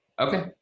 Okay